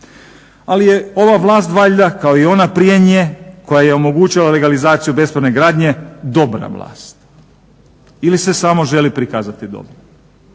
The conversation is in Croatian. Ali je ova vlast valjda kao i ona prije nje koja je omogućila legalizaciju bespravne gradnje dobra vlast ili se samo želi prikazati dobrom.